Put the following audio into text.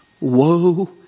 woe